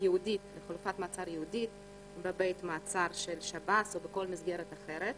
ייעודית בבית מעצר של שב"ס או בכל מסגרת אחרת,